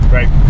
Right